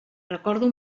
recordo